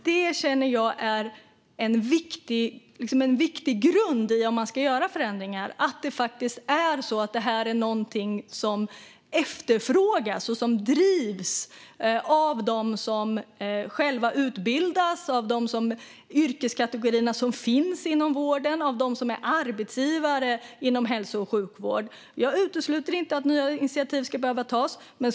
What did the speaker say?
Det, känner jag, är en viktig grund om man ska göra förändringar: att det faktiskt är någonting som efterfrågas och som drivs av dem som utbildas, av de yrkeskategorier som finns inom vården och av arbetsgivare inom hälso och sjukvård. Jag utesluter inte att nya initiativ kan behöva tas.